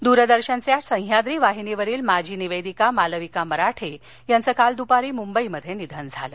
निधन दूरदर्शनच्या सह्याद्री वाहिनीवरील माजी निवेदिका मालविका मराठे यांचं काल दूपारी मुंबईत निधन झालं